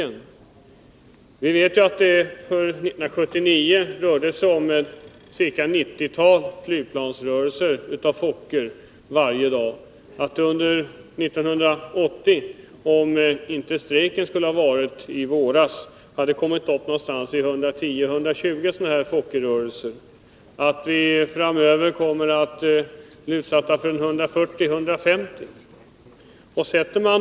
Det rörde sig på Bromma 1979 om ca ett nittiotal flygplansrörelser med Fokkerplan varje dag. Om inte strejken hade inträffat i våras skulle man för 1980 ha kommit upp till omkring 110-120 sådana flygplansrörelser per dag, och vi kommer framöver att utsättas för 140-150 sådana per dag.